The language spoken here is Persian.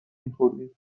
میخوردیم